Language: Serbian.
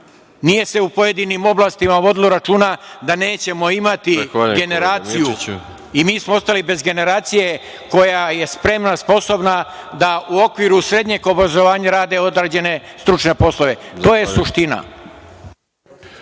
Nije se u pojedinim oblastima vodilo računa da nećemo imati generaciju i mi smo ostali bez generacije koja je spremna, sposobna da u okviru srednjeg obrazovanja rade određene stručne poslove. To je suština.